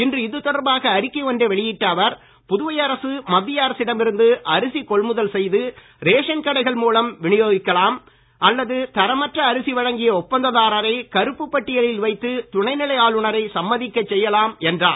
இன்று இது தொடர்பாக அறிக்கை ஒன்றை வெளியிட்ட அவர் புதுவை அரசு மத்திய அரசிடம் இருந்து அரிசிக் கொள்முதல் செய்து ரேஷன் கடைகள் மூலம் விநியோகிக்கலாம் அல்லது தரமற்ற அரிசி வழங்கிய ஒப்பந்ததாரரை கருப்பு பட்டியலில் வைத்து துணைநிலை ஆளுநரை சம்மதிக்கச் செய்யலாம் என்றார்